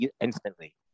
instantly